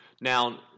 Now